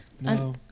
No